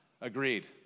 agreed